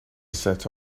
set